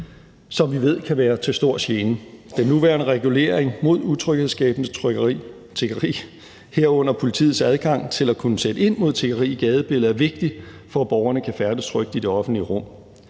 som vi ved kan være til stor gene. Den nuværende regulering mod utryghedsskabende tiggeri, herunder politiets adgang til at kunne sætte ind mod tiggeri i gadebilledet, er vigtig, for at borgerne kan færdes trygt i det offentlige rum.